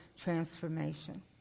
transformation